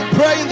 Pray